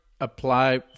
apply